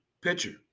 pitcher